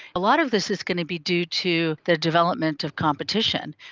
a lot of this is going to be due to the development of competition.